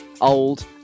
old